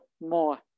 more